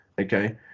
Okay